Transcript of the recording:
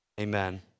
amen